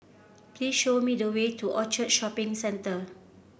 please show me the way to Orchard Shopping Centre